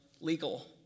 legal